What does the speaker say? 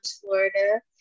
Florida